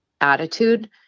attitude